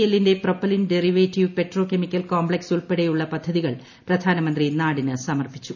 എല്ലിന്റെ propylene derivative petrochemical complex ഉൾപ്പെടെയുള്ള പദ്ധതികൾ പ്രധാനമന്ത്രി നാടിന് സമർപ്പിച്ചു